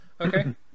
Okay